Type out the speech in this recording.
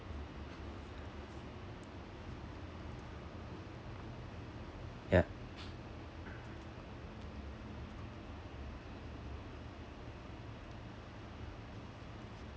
ya